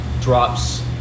drops